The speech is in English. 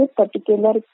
particular